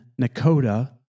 Nakoda